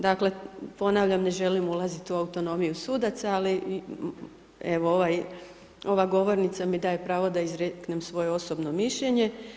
Dakle ponavljam ne želim ulaziti u autonomiju sudaca ali evo ova govornica mi daje pravo da izreknem svoje osobno mišljenje.